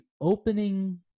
opening